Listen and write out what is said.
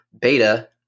beta